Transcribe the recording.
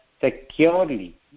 securely